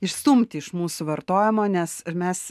išstumti iš mūsų vartojimo nes ir mes